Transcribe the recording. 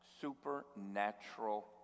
supernatural